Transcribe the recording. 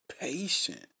patient